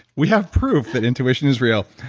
we have proof that intuition is real.